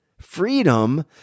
Freedom